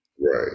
Right